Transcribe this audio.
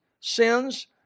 sins